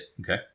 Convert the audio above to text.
Okay